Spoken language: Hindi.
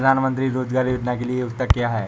प्रधानमंत्री रोज़गार योजना के लिए योग्यता क्या है?